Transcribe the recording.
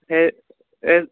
সেই এই